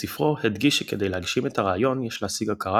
בספרו הדגיש שכדי להגשים את הרעיון יש להשיג הכרה